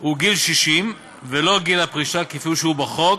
הוא גיל 60 ולא גיל הפרישה כפי שהוא בחוק,